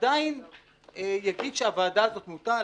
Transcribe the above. עדיין יגיד שהוועדה הזאת מוטה.